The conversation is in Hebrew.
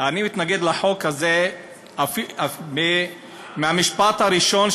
אני מתנגד לחוק הזה מהמשפט הראשון,